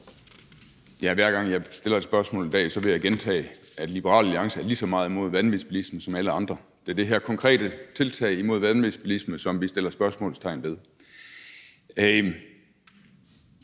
Hver gang jeg stiller et spørgsmål i dag, vil jeg gentage, at Liberal Alliance er lige så meget imod vanvidsbilisme som alle andre. Det er det her konkrete tiltag imod vanvidsbilisme, som vi sætter spørgsmålstegn ved.